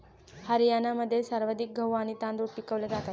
हरियाणामध्ये सर्वाधिक गहू आणि तांदूळ पिकवले जातात